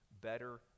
Better